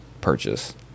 purchase